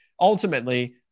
ultimately